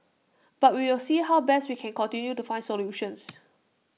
but we will see how best we can continue to find solutions